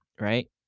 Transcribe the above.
right